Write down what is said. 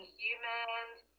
humans